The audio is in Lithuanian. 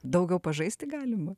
daugiau pažaisti galima